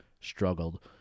struggled